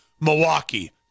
Milwaukee